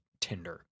Tinder